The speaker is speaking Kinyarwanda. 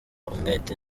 umwete